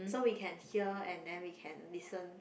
so we can hear and then we can listen